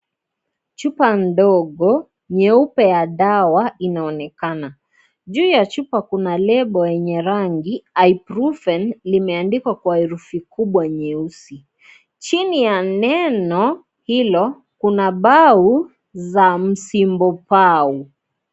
Chupa ndogo nyeupe ya dawa inaonekana. Juu ya chupa kuna lebo lenye rangi. "Ibrufen" limeandikwa kwa herufi kubwa nyeusi. Chini ya neno hilo kuna bau za msimbobau.